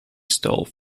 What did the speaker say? stole